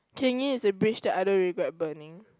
Keng-Yi is a bridge that I don't regret burning